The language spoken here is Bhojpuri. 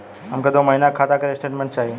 हमके दो महीना के खाता के स्टेटमेंट चाही?